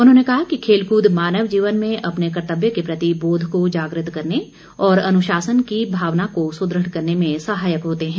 उन्होंने कहा कि खेलकृद मानव जीवन में अपने कर्तव्य के प्रति बोध को जागृत करने और अनुशासन की भावना को सुदृढ़ करने में सहायक होते हैं